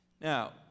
Now